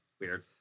Weird